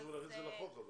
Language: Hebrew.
אבל צריך להכניס את זה לחוק.